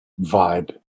vibe